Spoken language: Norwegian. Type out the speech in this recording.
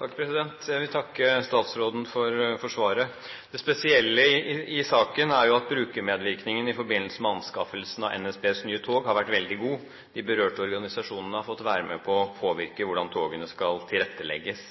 Jeg vil takke statsråden for svaret. Det spesielle i saken er jo at brukermedvirkningen i forbindelse med anskaffelsen av NSBs nye tog har vært veldig god. De berørte organisasjonene har fått være med på å påvirke hvordan togene skal tilrettelegges.